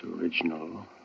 original